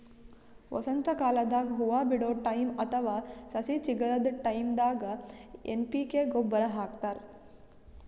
ವಸಂತಕಾಲದಾಗ್ ಹೂವಾ ಬಿಡೋ ಟೈಮ್ ಅಥವಾ ಸಸಿ ಚಿಗರದ್ ಟೈಂದಾಗ್ ಎನ್ ಪಿ ಕೆ ಗೊಬ್ಬರ್ ಹಾಕ್ತಾರ್